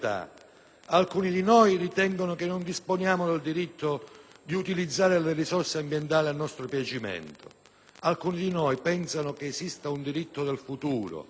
Alcuni di noi ritengono che non disponiamo del diritto di utilizzare delle risorse ambientali a nostro piacimento. Alcuni di noi pensano che esista un diritto del futuro,